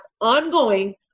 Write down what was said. ongoing